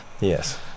Yes